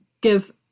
give